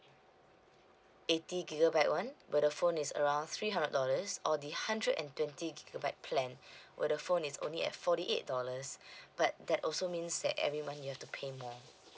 eighty gigabyte one where the phone is around three hundred dollars or the hundred and twenty gigabyte plan where the phone is only at forty eight dollars but that also means that every month you have to pay more